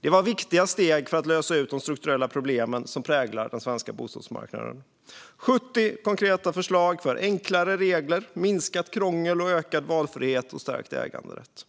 Det var viktiga steg för att lösa de strukturella problem som präglar den svenska bostadsmarknaden - 70 konkreta förslag för enklare regler, minskat krångel, ökad valfrihet och stärkt äganderätt.